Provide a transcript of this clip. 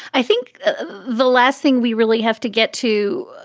i think the last thing we really have to get to,